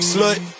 Slut